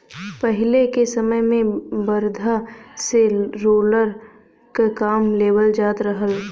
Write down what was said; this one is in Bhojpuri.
पहिले के समय में बरधा से रोलर क काम लेवल जात रहल